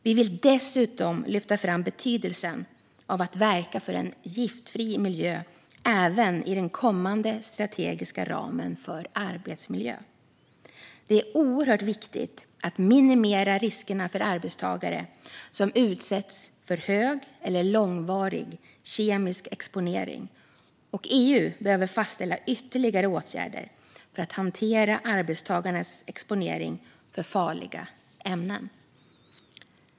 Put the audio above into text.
Vi vill dessutom lyfta fram betydelsen av att verka för en giftfri miljö även i den kommande strategiska ramen för arbetsmiljö. Det är oerhört viktigt att minimera riskerna för arbetstagare som utsätts för hög eller långvarig kemisk exponering, och EU behöver fastställa ytterligare åtgärder för att hantera arbetstagarnas exponering för farliga ämnen.